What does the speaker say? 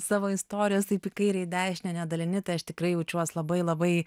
savo istorijos taip į kairę į dešinę nedalini tai aš tikrai jaučiuos labai labai